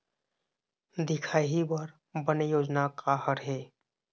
दिखाही बर बने योजना का हर हे?